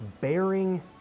bearing